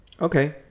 Okay